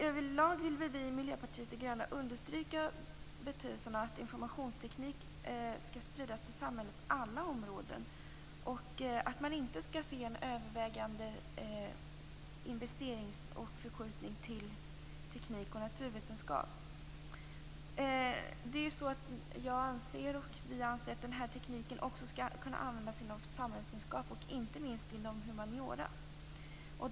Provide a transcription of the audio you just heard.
Över lag vill vi i Miljöpartiet de gröna understryka betydelsen av att informationsteknik sprids till samhällets alla områden och att inte en övervägande del av investeringarna förskjuts till teknik och naturvetenskap. Vi anser att den här tekniken också skall kunna användas inom samhällskunskap och inte minst inom humaniora.